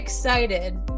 excited